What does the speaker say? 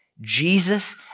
Jesus